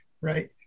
right